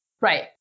Right